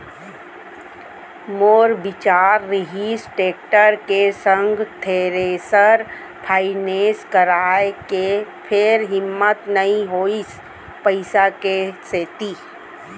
मोर बिचार रिहिस टेक्टर के संग थेरेसर फायनेंस कराय के फेर हिम्मत नइ होइस पइसा के सेती